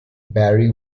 barry